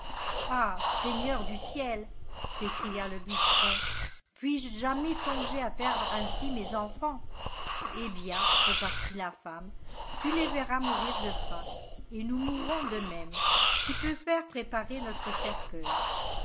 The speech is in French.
ah seigneur du ciel s'écria le bûcheron puis-je jamais songer à perdre ainsi mes enfants eh bien repartit la femme tu les verras mourir de faim et nous mourrons de même tu peux faire préparer notre cercueil